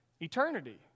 eternity